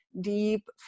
deep